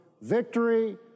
victory